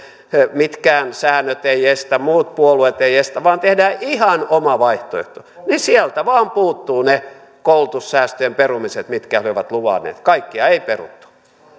mitkään säännöt eivät estä muut puolueet eivät estä vaan tehdään ihan oma vaihtoehto niin sieltä vain puuttuvat ne koulutussäästöjen perumiset mitkä he ovat luvanneet kaikkia ei peruttu